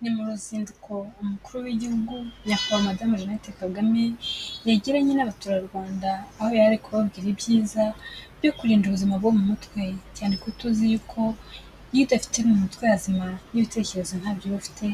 Ni mu ruzinduko umukuru w'igihugu nyakubahwa madamu Jeannette Kagame yagiranye n'abaturarwanda, aho yari ari kubabwira ibyiza byo kurinda ubuzima bwo mu mutwe. Cyane ko tuzi yuko iyo idafite ni umutwe hazima, n'ibitekerezo ntabyo uba ufite,